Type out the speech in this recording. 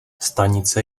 stanice